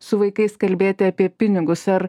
su vaikais kalbėti apie pinigus ar